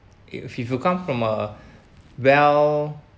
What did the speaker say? if if you come from a well